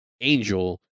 Angel